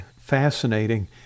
fascinating